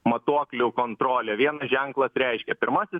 matuoklių kontrolė vienas ženklas reiškia pirmasis